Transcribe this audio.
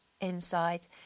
inside